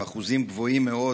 עם אחוזים גבוהים מאוד,